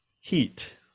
heat